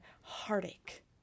heartache